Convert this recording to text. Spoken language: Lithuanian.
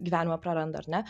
gyvenimą praranda ar ne